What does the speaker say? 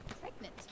pregnant